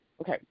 okay